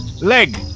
leg